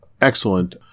excellent